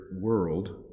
world